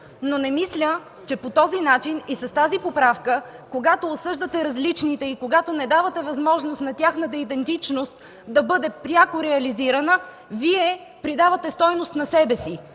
но не мисля, че по този начин и с тази поправка, когато обсъждате различните и когато не давате възможност на тяхната идентичност да бъде пряко реализирана, Вие придавате стойност на себе си.